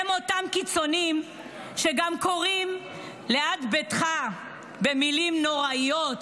הם אותם קיצוניים שגם קוראים ליד ביתך במילים נוראיות,